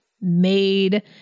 made